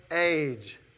age